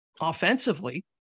offensively